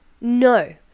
No